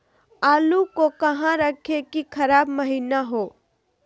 आलू को कहां रखे की खराब महिना हो?